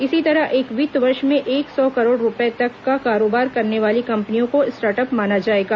इसी तरह एक वित्त वर्ष में एक सौ करोड़ रुपये तक का कारोबार करने वाली कम्पनियों को स्टार्टअप माना जाएगा